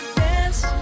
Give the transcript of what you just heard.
dance